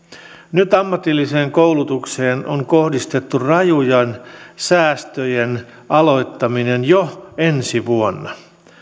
nyt ammatilliseen koulutukseen on kohdistettu rajujen säästöjen aloittaminen jo ensi vuonna